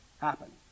happen